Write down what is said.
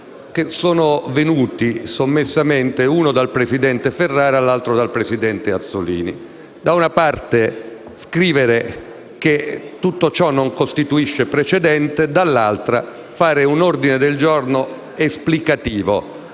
che sono venuti sommessamente, uno dal presidente Ferrara e l'altro dal presidente Azzollini. Da una parte, scrivere che tutto ciò non costituisce precedente, dall'altra, fare un ordine del giorno esplicativo